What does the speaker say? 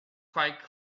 quite